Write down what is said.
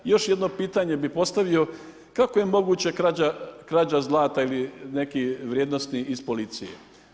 Još jedno pitanje bi postavio, kako je moguće krađa zlata ili nekih vrijednosti iz policije?